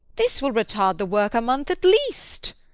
this will retard the work a month at least.